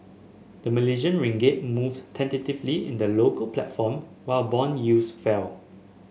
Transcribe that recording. the Malaysian Ringgit moved tentatively in the local platform while bond yields fell